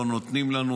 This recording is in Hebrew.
לא נותנים לנו,